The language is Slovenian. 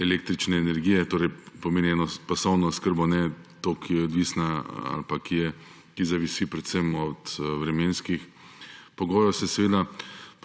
električne energije, torej eno pasovno oskrbo, ne to, ki je odvisna ali ki zavisi predvsem od vremenskih pogojev. Seveda